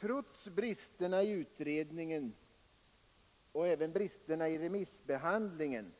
Trots bristerna i utredningen och i remissbehandlingen